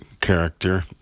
character